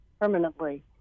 permanently